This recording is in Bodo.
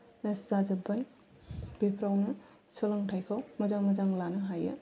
कलेज जाजोब्बाय बेफोरावनो सोलोंथायखौ मोजां मोजां लानो हायो